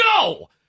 no